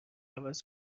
عوض